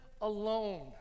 alone